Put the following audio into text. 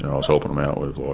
and i was helping them out with